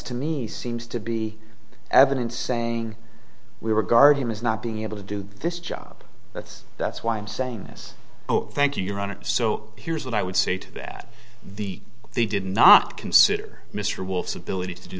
to me seems to be evidence saying we were guardian is not being able to do this job that's that's why i'm saying this thank you your honor so here's what i would say to that the they did not consider mr wolfson billeted to do